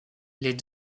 les